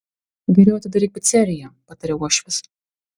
geriau atidaryk piceriją pataria uošvis